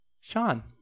Sean